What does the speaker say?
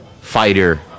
fighter